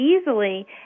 Easily